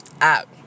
out